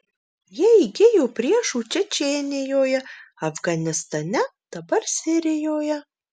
jie įgijo priešų čečėnijoje afganistane dabar sirijoje